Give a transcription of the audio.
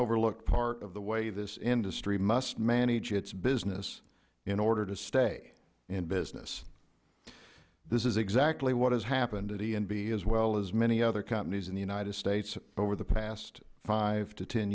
overlooked part of the way this industry must manage its business in order to stay in business this is exactly what has happened to e and b as well as many other companies in the united states over the past five to ten